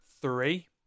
Three